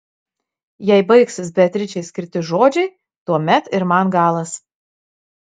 jei baigsis beatričei skirti žodžiai tuomet ir man galas